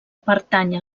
pertany